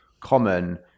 common